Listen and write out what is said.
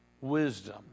wisdom